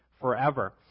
forever